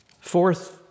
Fourth